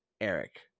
Eric